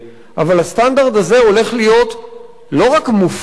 אבל הסטנדרט הזה הולך להיות לא רק מופר,